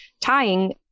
tying